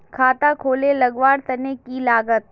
खाता खोले लगवार तने की लागत?